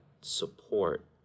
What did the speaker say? support